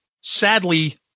sadly